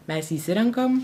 mes jį išsirenkam